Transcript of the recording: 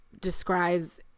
describes